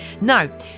now